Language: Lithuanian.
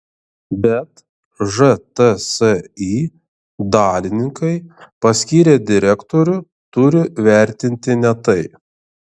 bet žtsi dalininkai paskyrę direktorių turi vertinti ne tai